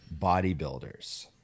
bodybuilders